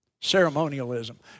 Ceremonialism